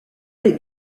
les